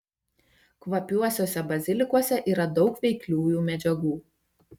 kvapiuosiuose bazilikuose yra daug veikliųjų medžiagų